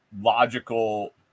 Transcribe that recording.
logical